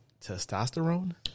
testosterone